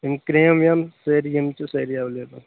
یِم کرٛیم ویٚم سٲرِی یِم چھِ سٲرِی ایٚویٚلیٚبٔل